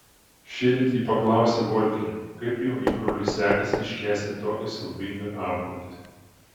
šįryt ji paklausė volkerio kaip jo įbroliui sekasi iškęsti tokią siaubingą apgultį